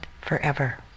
forever